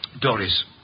Doris